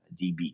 db